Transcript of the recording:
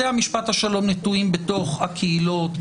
בתי משפט השלום נטועים בתוך הקהילות,